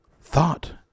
Thought